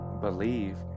believe